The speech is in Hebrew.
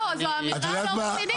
לא, זו אמירה לא רצינית.